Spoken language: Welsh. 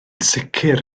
sicr